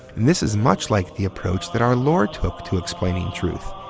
this is much like the approach that our lord took to explaining truth,